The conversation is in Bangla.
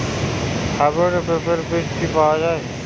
হাইব্রিড পেঁপের বীজ কি পাওয়া যায়?